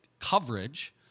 coverage